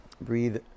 Breathe